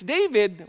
David